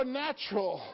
natural